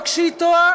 לא כשהיא טועה